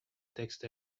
text